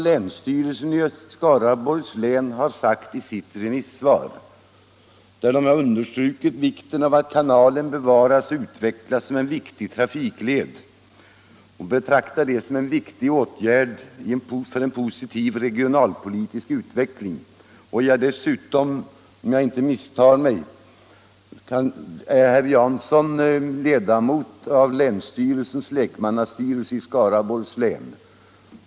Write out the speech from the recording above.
Länsstyrelsen i Skaraborgs län har i sitt remissvar understrukit betydelsen av att kanalen bevaras och utvecklas som en viktig trafikled och anfört att man betraktar det som en viktig åtgärd för en positiv regionalpolitisk utveckling. Om jag inte misstar mig är herr Jansson ledamot i länsstyrelsens lekmannastyrelse i Skaraborgs län.